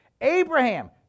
Abraham